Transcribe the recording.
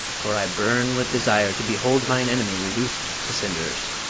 for i burn with desire to behold mine enemy reduced to cinders.